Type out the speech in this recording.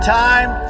time